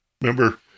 Remember